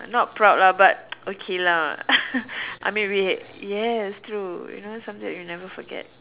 I'm not proud lah but okay lah I mean we had yes true you know something we'll never forget